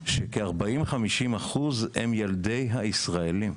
אנחנו יודעים שכ-40%-50% הם ילדי הישראלים.